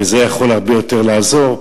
זה יכול הרבה יותר לעזור,